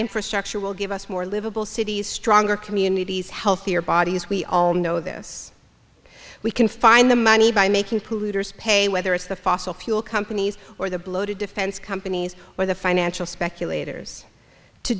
infrastructure will give us more livable cities stronger communities healthier bodies we all know this we can find the money by making polluters pay whether it's the fossil fuel companies or the bloated defense companies or the financial speculators to